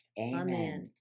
Amen